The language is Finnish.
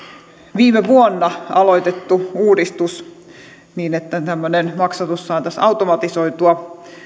viime vuonna aloitettu uudistus että tämmöinen maksatus saataisiin automatisoitua